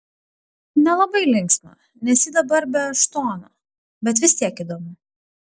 nelabai linksma nes ji dabar be eštono bet vis tiek įdomu